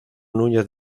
núñez